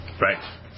Right